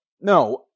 no